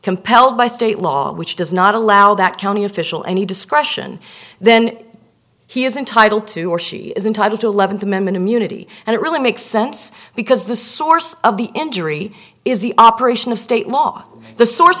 compelled by state law which does not allow that county official any discretion then he is entitled to or she is entitled to eleventh amendment immunity and it really makes sense because the source of the injury is the operation of state law the source